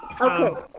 okay